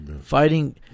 Fighting